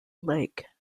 lake